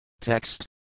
Text